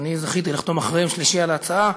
ואני זכיתי לחתום אחריהם, שלישי, על ההצעה,